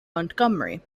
montgomery